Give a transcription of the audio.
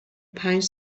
پنج